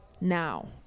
now